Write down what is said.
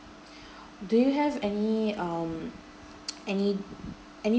do you have any um any any